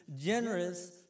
generous